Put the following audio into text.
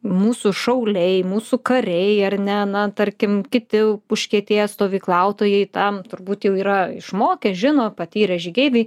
mūsų šauliai mūsų kariai ar ne na tarkim kiti užkietėję stovyklautojai tam turbūt jau yra išmokę žino patyrę žygeiviai